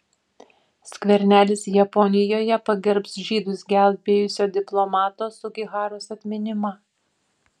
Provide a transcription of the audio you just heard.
skvernelis japonijoje pagerbs žydus gelbėjusio diplomato sugiharos atminimą